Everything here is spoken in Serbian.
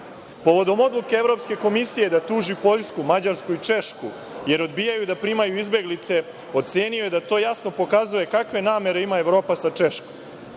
povodom odluke Evropske komisije da tuži Poljsku, Mađarsku i Češku, jer odbijaju da primaju izbeglice, ocenio je da to jasno pokazuje kakve namere ima Evropa sa Češkom.